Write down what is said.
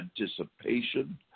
anticipation